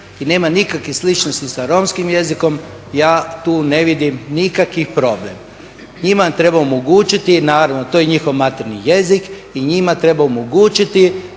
i nema nikakvih sličnosti sa romskim jezikom ja tu ne vidim nikakav problem. Njima treba omogućiti, naravno to je njihov materinji jezik, i njima treba omogućiti